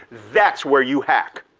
that's where you hack.